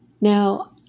Now